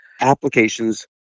applications